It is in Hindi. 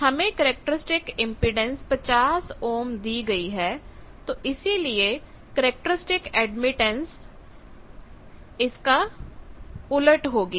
हमें कैरेक्टरिस्टिकइंपेडेंस 50 ओम दी गई है तो इसलिए कैरेक्टरिस्टिक एडमिटेंस यह होगी